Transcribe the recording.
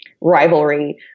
Rivalry